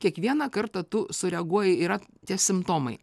kiekvieną kartą tu sureaguoji yra tie simptomai